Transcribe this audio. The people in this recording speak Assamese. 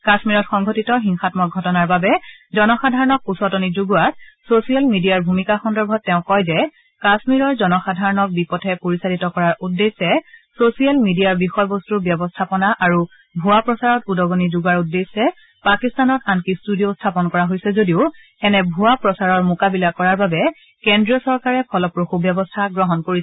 কাশ্মীৰত সংঘটিত হিংসামক ঘটনাৰ বাবে জনসাধাৰণক উচতনি যোগোৱাত চ'চিয়েল মিডিয়াৰ ভূমিকা সন্দৰ্ভত তেওঁ কয় যে কাশ্মীৰৰ জনসাধাৰণক বিপথে পৰিচালিত কৰাৰ উদ্দেশ্যে চ'চিয়েল মিডিয়াৰ বিষয়বস্তৰ ব্যৱস্থাপনা আৰু ভুৱা প্ৰচাৰত উদগণি যোগোৱাৰ উদ্দেশ্যে পাকিস্তানত আনকি ষ্টূডিঅ'ও স্থাপন কৰা হৈছে যদিও এনে ভুৱা প্ৰচাৰৰ মোকাবিলা কৰাৰ বাবে কেন্দ্ৰীয় চৰকাৰে ফলপ্ৰসু ব্যৱস্থা গ্ৰহণ কৰিছে